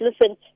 listen